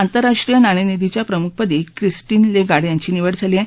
आंतरराष्ट्रीय नाणेनिधीच्या प्रमुखपदी क्रिसींन लेगार्ड यांची निवड झाली झाली आहे